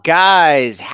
guys